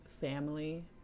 family